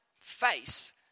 face